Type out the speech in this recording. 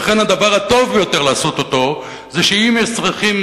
לכן, הדבר הטוב ביותר לעשות זה שאם יש צרכים